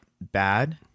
bad